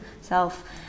self